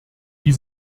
die